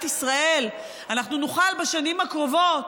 ישראל אנחנו נוכל בשנים הקרובות,